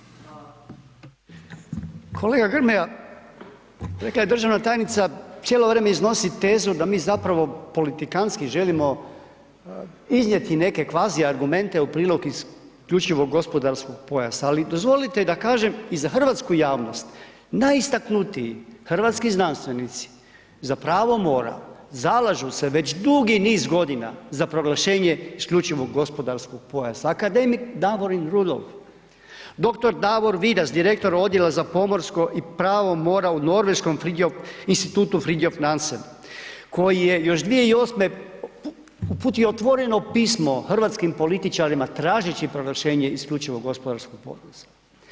Kolega Grmoja, rekla je državna tajnica, cijelo vrijeme iznosi tezu da mi zapravo politikantski želimo iznijeti neke kvazi argumente u prilog isključivog gospodarskog pojasa, ali dozvolite i da kažem i za hrvatsku javnost najistaknutiji hrvatski znanstvenici za pravo mora zalažu se već dugi niz godina za proglašenje isključivog gospodarskog pojasa, akademik Davorin Rudolf, doktor Davor Vidas direktor odjela za pomorsko i pravo mora u Norveškom institutu Fridtjof Nansen koji je još 2008. uputio otvoreno pismo hrvatskim političarima tražeći proglašenje isključivog gospodarskog pojasa.